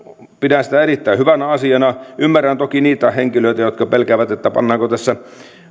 pidän erittäin hyvänä asiana ymmärrän toki niitä henkilöitä jotka pelkäävät pannaanko tässä